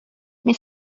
mais